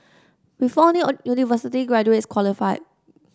before only university graduates qualified